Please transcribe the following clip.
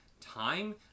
time